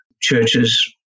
churches